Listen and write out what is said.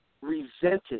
resented